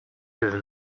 even